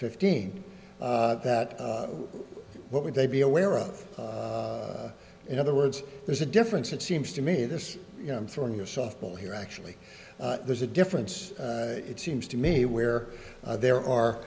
fifteen that what would they be aware of in other words there's a difference it seems to me this you know i'm throwing a softball here actually there's a difference it seems to me where there